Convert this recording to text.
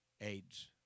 AIDS